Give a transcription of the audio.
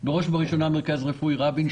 בראש ובראשונה מרכז רפואי רבין,